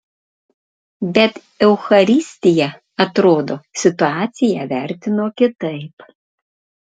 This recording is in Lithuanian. bet eucharistija atrodo situaciją vertino kitaip